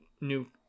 new